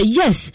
yes